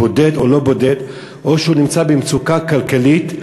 בודד או לא בודד או שנמצא במצוקה כלכלית,